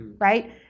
right